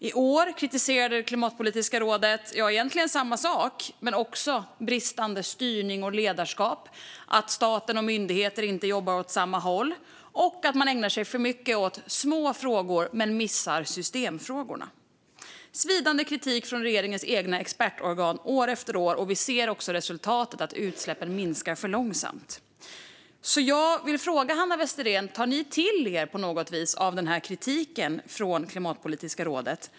I år kritiserade Klimatpolitiska rådet egentligen samma sak men också bristande styrning och ledarskap, att staten och myndigheter inte jobbar åt samma håll och att man ägnar sig för mycket åt små frågor men missar systemfrågorna. Det är svidande kritik från regeringens eget expertorgan år efter år, och vi ser resultatet: Utsläppen minskar för långsamt. Jag vill därför fråga Hanna Westerén om ni på något vis tar till er av kritiken från Klimatpolitiska rådet.